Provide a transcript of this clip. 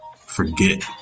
forget